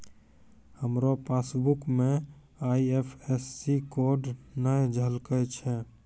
हमरो पासबुक मे IFSC code नै झलकै छै